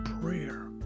prayer